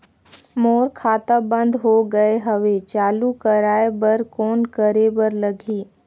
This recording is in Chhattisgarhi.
मोर खाता बंद हो गे हवय चालू कराय बर कौन करे बर लगही?